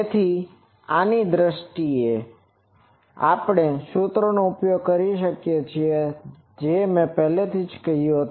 તેથી આની દ્રષ્ટિએ આપણે તે સૂત્રોનો ઉપયોગ કરી શકીએ છીએ અને તે મે પહેલેથી જ મેં કહ્યું છે